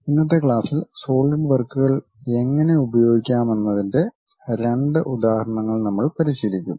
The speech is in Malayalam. ഇന്നത്തെ ക്ലാസ്സിൽ സോളിഡ് വർക്കുകൾ എങ്ങനെ ഉപയോഗിക്കാമെന്നതിന്റെ രണ്ട് ഉദാഹരണങ്ങൾ നമ്മൾ പരിശീലിക്കും